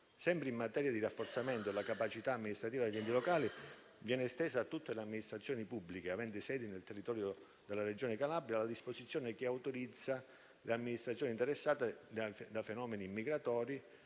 Sempre in materia di rafforzamento della capacità amministrativa degli enti locali, viene estesa a tutte le amministrazioni pubbliche aventi sede nel territorio della Regione Calabria la disposizione che autorizza le amministrazioni interessate da fenomeni migratori,